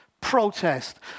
protest